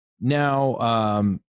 Now